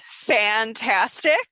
fantastic